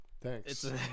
Thanks